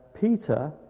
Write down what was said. Peter